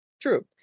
True